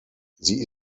sie